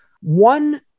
One